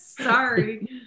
Sorry